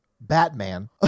batman